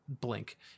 blink